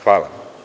Hvala.